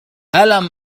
ألم